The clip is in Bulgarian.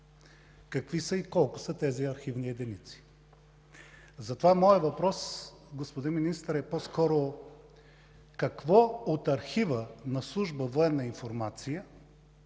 какви са и колко са тези архивни единици. Затова моят въпрос, господин Министър, е по-скоро какво от архива на Служба „Военна информация”